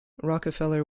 rockefeller